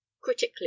critically